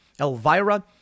Elvira